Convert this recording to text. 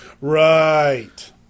Right